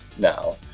Now